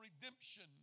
redemption